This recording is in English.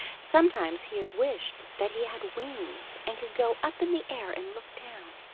sometimes he had wished that he had wings and could go up in the air and look down.